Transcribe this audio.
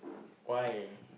why